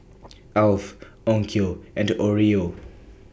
Alf Onkyo and Oreo